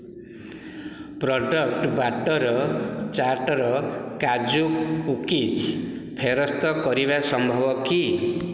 product butter chatter kaju cookies ଫେରସ୍ତ କରିବା ସମ୍ଭବ କି